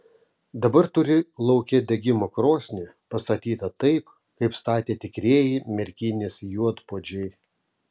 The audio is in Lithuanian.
dabar turi lauke degimo krosnį pastatytą taip kaip statė tikrieji merkinės juodpuodžiai